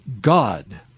God